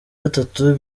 gatatu